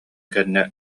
кэннэ